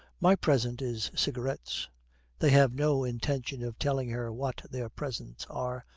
my present is cigarettes they have no intention of telling her what their presents are,